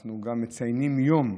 ואנחנו גם מציינים יום,